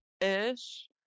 Ish